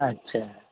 अच्छा